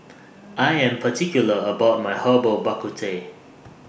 I Am particular about My Herbal Bak Ku Teh